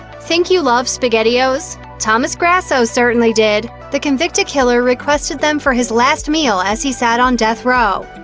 think you love spaghettios? thomas grasso certainly did. the convicted killer requested them for his last meal as he sat on death row.